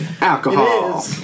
Alcohol